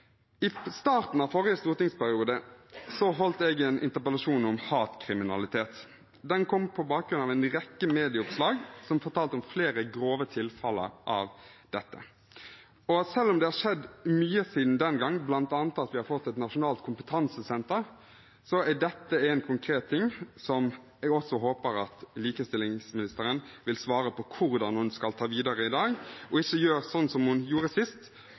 I starten av forrige stortingsperiode holdt jeg en interpellasjon om hatkriminalitet. Den kom på bakgrunn av en rekke medieoppslag som fortalte om flere grove tilfeller av dette. Selv om det har skjedd mye siden den gang, bl.a. at vi har fått et nasjonalt kompetansesenter, er dette en konkret ting jeg håper likestillingsministeren vil svare på hvordan hun skal ta videre i dag, og at hun ikke gjør som